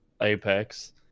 Apex